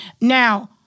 Now